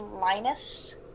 Linus